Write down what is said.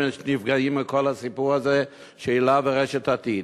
נפגעים מכל הסיפור הזה של היל"ה ורשת "עתיד".